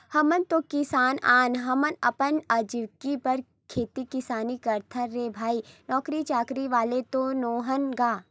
हमन तो किसान अन गा, हमन अपन अजीविका बर खेती किसानी करथन रे भई नौकरी चाकरी वाले तो नोहन गा